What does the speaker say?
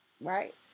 right